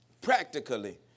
practically